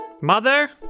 Mother